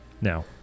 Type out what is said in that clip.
Now